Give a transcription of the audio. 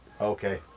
Okay